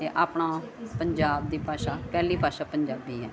ਇਹ ਆਪਣਾ ਪੰਜਾਬ ਦੀ ਭਾਸ਼ਾ ਪਹਿਲੀ ਭਾਸ਼ਾ ਪੰਜਾਬੀ ਹੈ